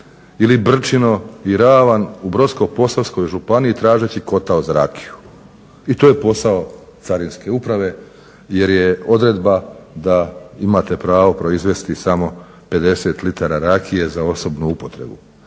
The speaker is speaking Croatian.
ili Brčino i Ravan u Brodsko-posavskoj županiji tražeći kotao za rakiju. I to je posao Carinske uprave jer je odredba da imate pravo proizvesti samo 50 litara rakije za osobnu upotrebu.